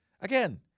Again